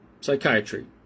Psychiatry